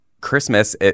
christmas